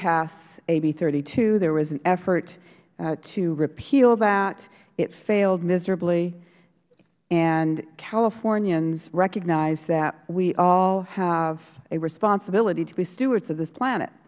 pass a b thirty two there was an effort to repeal that it failed miserably and californians recognize that we all have a responsibility to be stewards of this planet